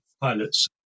pilots